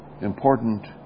important